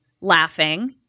laughing